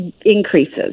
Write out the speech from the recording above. increases